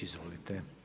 Izvolite.